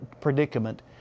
predicament